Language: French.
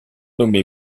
nommé